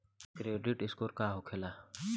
Credit score का होखेला?